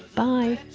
bye.